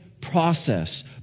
process